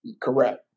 Correct